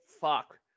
fuck